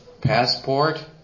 passport